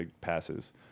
passes